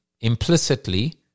implicitly